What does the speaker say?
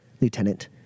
Lieutenant